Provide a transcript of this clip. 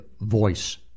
voice